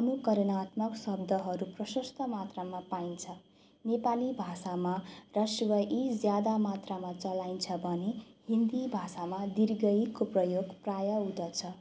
अनुकरणात्मक शब्दहरू प्रशस्त मात्रामा पाइन्छ नेपाली भाषामा ह्रस्व इ ज्यादा मात्रामा चलाइन्छ भने हिन्दी भाषामा दीर्घ ईको प्रयोग प्रायः हुँदछ